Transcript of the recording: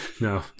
No